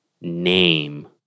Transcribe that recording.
name